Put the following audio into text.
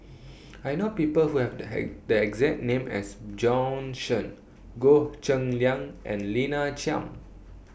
I know People Who Have The The exact name as Bjorn Shen Goh Cheng Liang and Lina Chiam